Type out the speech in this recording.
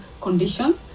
conditions